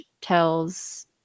tells